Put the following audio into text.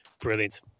Brilliant